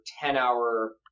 ten-hour